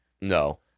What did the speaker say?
no